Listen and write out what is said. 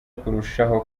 kurushaho